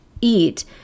eat